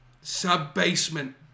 sub-basement